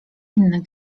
inne